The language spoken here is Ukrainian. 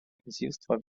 князівства